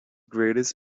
greatest